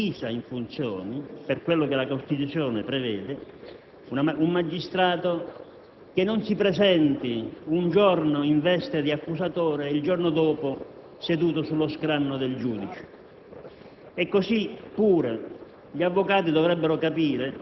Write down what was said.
che appaia anche all'esterno divisa per funzioni, per quello che la Costituzione prevede: un magistrato che non si presenti un giorno in veste di accusatore e il giorno dopo seduto sullo scranno del giudice.